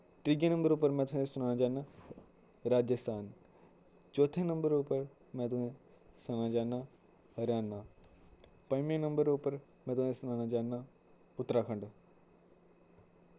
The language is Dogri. त्रीए नम्बर उप्पर में तुसें सनाना चाह्ना राज्यस्थान चौथे नम्बर उप्पर में तुसें सनाना चाह्ना हरियाणा पंजमें नम्बर उप्पर में तुसें सनाना चाह्ना उत्तराखण्ड